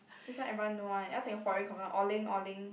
this one everyone know one all Singaporean confirm orange orange